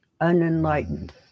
Unenlightened